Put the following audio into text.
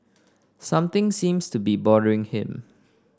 something seems to be bothering him